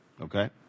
Okay